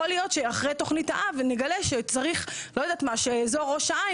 יכול להיות שאחרי תוכנית האב נגלה שאיזור ראש העין,